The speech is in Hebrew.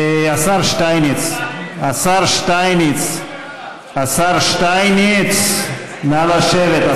השר שטייניץ, השר שטייניץ, השר שטייניץ, נא לשבת.